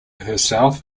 herself